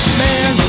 man